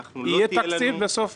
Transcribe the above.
לא תהיה לנו --- יהיה תקציב בסוף?